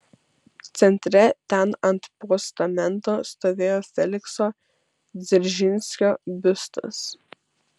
centre ten ant postamento stovėjo felikso dzeržinskio biustas